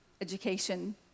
education